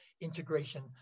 integration